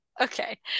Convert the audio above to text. Okay